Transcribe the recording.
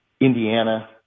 Indiana